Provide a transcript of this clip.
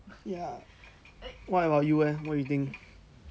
ya what about you eh what you think